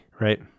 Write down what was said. right